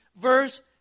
verse